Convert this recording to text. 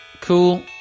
cool